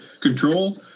control